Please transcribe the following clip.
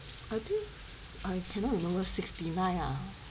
I think I cannot remember sixty nine ah